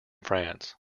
france